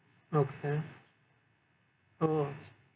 okay oh